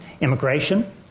immigration